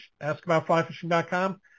askaboutflyfishing.com